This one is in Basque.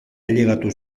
ailegatu